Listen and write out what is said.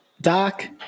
Doc